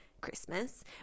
Christmas